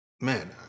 Man